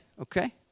okay